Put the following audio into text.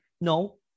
No